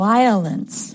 Violence